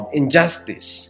injustice